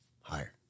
Higher